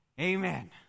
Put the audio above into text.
Amen